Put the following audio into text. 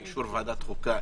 באישור ועדת החוקה,